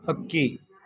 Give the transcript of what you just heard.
ಹಕ್ಕಿ